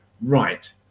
right